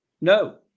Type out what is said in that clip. No